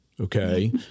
okay